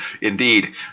Indeed